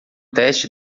teste